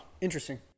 Interesting